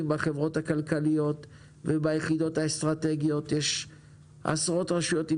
בחברות הכלכליות וביחידות האסטרטגיות יש עשרות רשויות עם